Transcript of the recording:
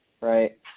Right